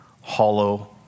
hollow